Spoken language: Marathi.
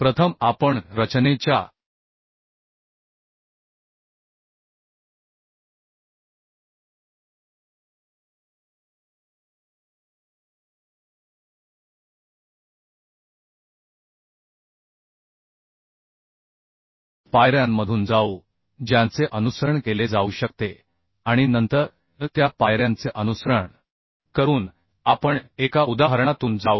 प्रथम आपण रचनेच्या पायऱ्यांमधून जाऊ ज्यांचे अनुसरण केले जाऊ शकते आणि नंतर त्या पायऱ्यांचे अनुसरण करून आपण एका उदाहरणातून जाऊ